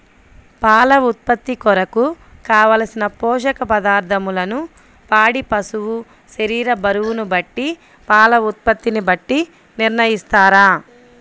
పాల ఉత్పత్తి కొరకు, కావలసిన పోషక పదార్ధములను పాడి పశువు శరీర బరువును బట్టి పాల ఉత్పత్తిని బట్టి నిర్ణయిస్తారా?